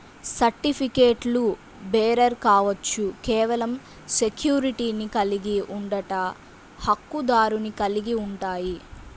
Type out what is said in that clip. సర్టిఫికెట్లుబేరర్ కావచ్చు, కేవలం సెక్యూరిటీని కలిగి ఉండట, హక్కుదారుని కలిగి ఉంటాయి,